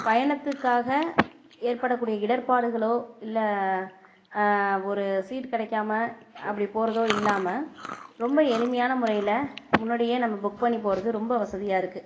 பயணத்துக்காக ஏற்படக்கூடிய இடர்பாடுகளோ இல்லை ஒரு சீட் கிடைக்காம அப்படி போகிறதும் இல்லாமல் ரொம்ப எளிமையான முறையில் முன்னாடியே நம்ம புக் பண்ணி போகிறது ரொம்ப வசதியாக இருக்கு